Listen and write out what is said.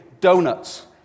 donuts